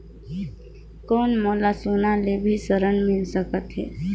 कौन मोला सोना ले भी ऋण मिल सकथे?